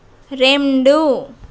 రెండు